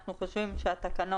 אנחנו חושבים שהתקנות